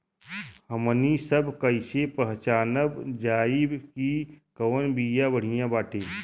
हमनी सभ कईसे पहचानब जाइब की कवन बिया बढ़ियां बाटे?